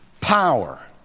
power